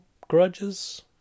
Grudges